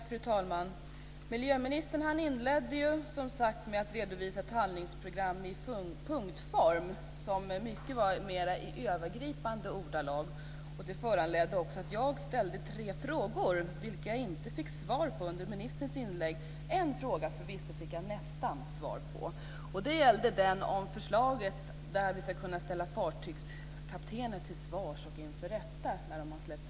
Fru talman! Miljöministern inledde med att i övergripande ordalag redovisa ett handlingsprogram i punktform. Det föranledde mig att ställa tre frågor, vilka jag inte fick svar på under ministerns inlägg. En fråga fick jag förvisso nästan svar på. Det gällde frågan om förslaget om att man ska kunna ställa fartygskaptener till svars och inför rätta när de har gjort utsläpp.